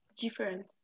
different